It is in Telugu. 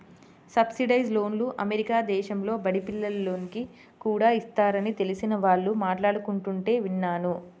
సబ్సిడైజ్డ్ లోన్లు అమెరికా దేశంలో బడి పిల్లోనికి కూడా ఇస్తారని తెలిసిన వాళ్ళు మాట్లాడుకుంటుంటే విన్నాను